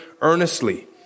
earnestly